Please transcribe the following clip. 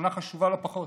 חשובה לא פחות.